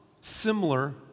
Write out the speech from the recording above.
similar